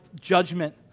judgment